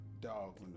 dog